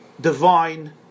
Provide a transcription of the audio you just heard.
divine